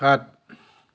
সাত